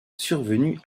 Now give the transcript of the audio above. survenue